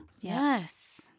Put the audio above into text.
Yes